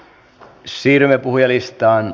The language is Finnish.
siirrymme puhujalistaan